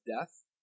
death